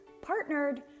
partnered